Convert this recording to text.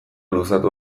luzatu